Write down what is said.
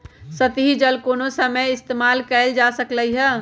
सतही जल कोनो समय इस्तेमाल कएल जा सकलई हई